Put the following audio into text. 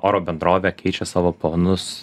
oro bendrovė keičia savo planus